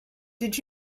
did